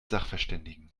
sachverständigen